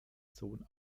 sohn